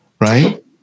Right